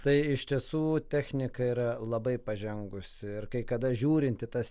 tai iš tiesų technika yra labai pažengusi ir kai kada žiūrint į tas